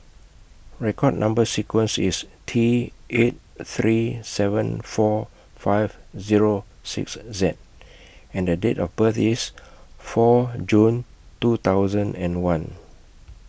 record Number sequence IS T eight three seven four five Zero six Z and The Date of birth IS four June two thousand and one